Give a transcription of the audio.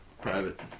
Private